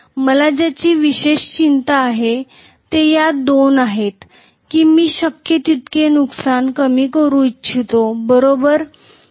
मला ज्याची विशेष चिंता आहे ते या दोन आहेत आणि मी शक्य तितके नुकसान कमी करू इच्छितो बरोबर